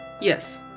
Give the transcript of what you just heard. Yes